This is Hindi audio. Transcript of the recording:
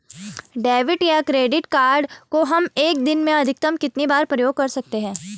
डेबिट या क्रेडिट कार्ड को हम एक दिन में अधिकतम कितनी बार प्रयोग कर सकते हैं?